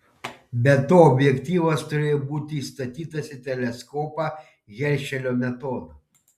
be to objektyvas turėjo būti įstatytas į teleskopą heršelio metodu